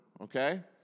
okay